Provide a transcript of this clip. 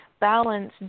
balance